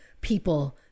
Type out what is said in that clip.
people